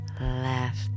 left